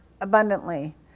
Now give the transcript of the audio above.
abundantly